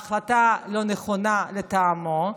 החלטה לא נכונה, לטעמו.